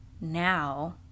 now